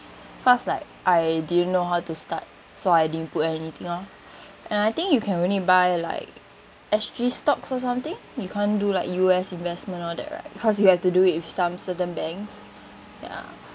cause like I didn't know how to start so I didn't put anything lor and I think you can only buy like S_G stocks or something you can't do like U_S investment all that right cause you have to do with some certain banks ya